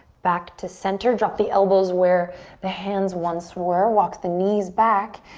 back to center. drop the elbows where the hands once were. walk the knees back.